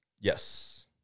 Yes